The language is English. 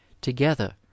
together